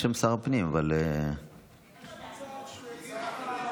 שהוא יגיד לא.